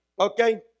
okay